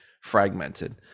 fragmented